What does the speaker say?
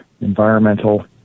environmental